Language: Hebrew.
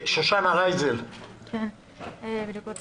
שושנה רייזל, בבקשה.